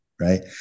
right